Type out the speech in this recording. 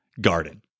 garden